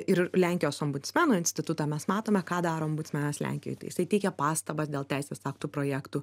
ir lenkijos ombudsmeno institutą mes matome ką darome lenkijoje tai jisai teikia pastabas dėl teisės aktų projektų